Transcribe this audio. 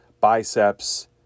biceps